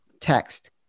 text